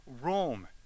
Rome